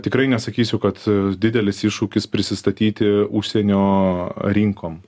tikrai nesakysiu kad didelis iššūkis prisistatyti užsienio rinkom